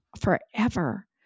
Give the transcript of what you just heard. forever